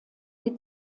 die